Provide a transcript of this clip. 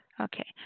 Okay